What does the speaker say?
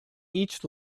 each